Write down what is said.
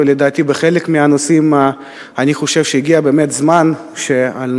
ואני חושב שהגיע הזמן שבחלק מהנושאים,